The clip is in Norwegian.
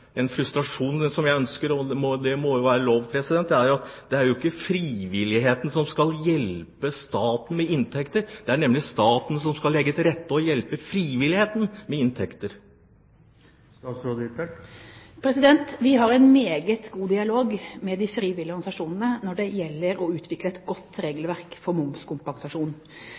En frustrasjon – det må det være lov til å si – som jeg har, og som jeg ønsker å få svar på, dreier seg om at det jo ikke er frivilligheten som skal hjelpe staten med inntekter; det er staten som skal legge til rette for å hjelpe frivilligheten med inntekter. Vi har en meget god dialog med de frivillige organisasjonene når det gjelder å utvikle et godt regelverk for momskompensasjon.